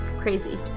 crazy